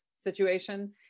situation